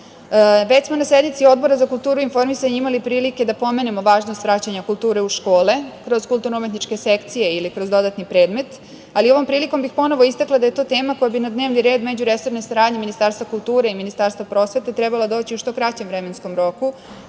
smo na sednici Odbora za kulturu i informisanje imali prilike da pomenemo važnost vraćanja kulture u škole kroz kulturno-umetničke sekcije ili kroz dodatni predmet, ali ovom prilikom bih ponovo istakla da je to tema koja bi na dnevni red međuresorne saradnje Ministarstva kulture i Ministarstva prosvete trebala doći u što kraćem vremenskom roku,